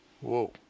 Whoa